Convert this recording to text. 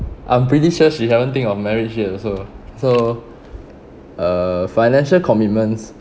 I'm pretty sure she haven't think of marriage yet also so uh financial commitments